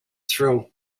through